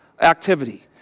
activity